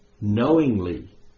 knowingly